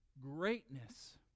greatness